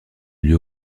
lieu